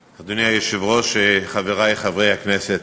היושב-ראש, חברי חברי הכנסת,